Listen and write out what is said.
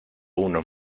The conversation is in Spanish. uno